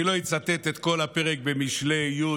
אני לא אצטט את כל הפרק במשלי י',